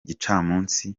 gicamunsi